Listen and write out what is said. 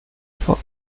for